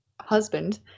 husband